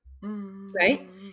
right